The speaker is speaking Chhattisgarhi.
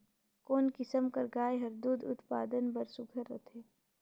कोन किसम कर गाय हर दूध उत्पादन बर सुघ्घर रथे?